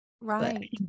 Right